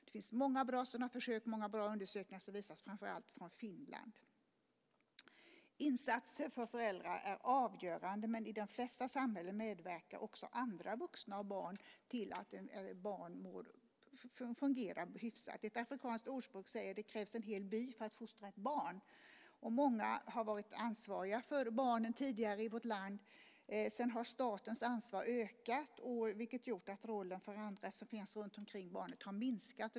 Det finns många bra försök och undersökningar som redovisas bland annat från Finland. Insatser för föräldrar är avgörande. I de flesta samhällen medverkar också andra vuxna och barn till att barn fungerar hyfsat. Ett afrikanskt ordspråk säger: Det krävs en hel by för att fostra ett barn. Tidigare har många varit ansvariga för barnen i vårt land. Sedan har statens ansvar ökat vilket har gjort att rollen för andra som finns runt barnet har minskat.